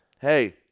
hey